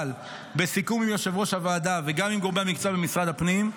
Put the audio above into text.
אבל בסיכום עם יושב-ראש הוועדה וגם עם גורמי המקצוע במשרד הפנים,